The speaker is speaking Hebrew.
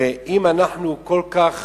ואם אנחנו כל כך